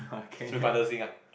so you find Le Xing ah